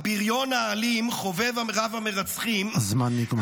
הבריון האלים חובב רב המרצחים --- הזמן נגמר.